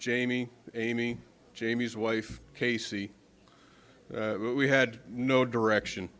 jamie amy jamie's wife casey but we had no direction